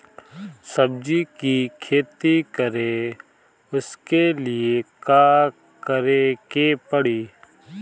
सब्जी की खेती करें उसके लिए का करिके पड़ी?